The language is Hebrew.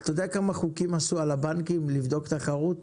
אתה יודע כמה חוקים עשו על הבנקים לבדוק תחרות?